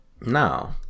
No